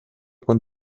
con